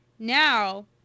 now